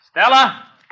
Stella